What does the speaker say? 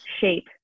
shape